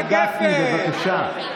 גפני, בבקשה.